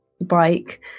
bike